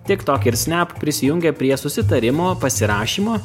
tiktok ir snap prisijungia prie susitarimo pasirašymo